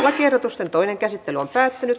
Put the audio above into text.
lakiehdotusten toinen käsittely päättyi